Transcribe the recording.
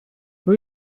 who